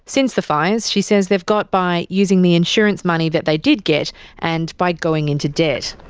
since the fires she says they've got by using the insurance money that they did get and by going into debt.